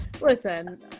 Listen